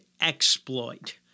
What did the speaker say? exploit